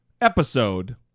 episode